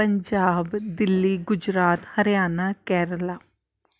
Punjab Delhi Gujarat Haryana Kerala